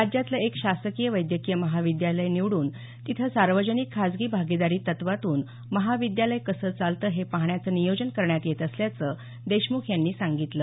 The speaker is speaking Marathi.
राज्यातलं एक शासकीय वैद्यकीय महाविद्यालय निवडून तिथे सार्वजनिक खाजगी भागीदारी तत्वातून महाविद्यालय कसं चालतं हे पाहण्याचं नियोजन करण्यात येत असल्याचं देशमुख यांनी सांगितलं